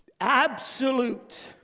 Absolute